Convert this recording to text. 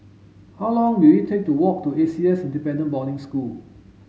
how long will it take to walk to A C S Dependent Boarding School